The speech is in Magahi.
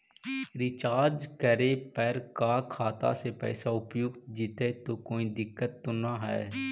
रीचार्ज करे पर का खाता से पैसा उपयुक्त जितै तो कोई दिक्कत तो ना है?